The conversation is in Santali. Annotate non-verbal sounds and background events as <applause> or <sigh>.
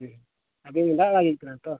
ᱦᱮᱸ ᱟᱫᱚ <unintelligible>